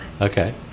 okay